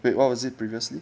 wait what was it previously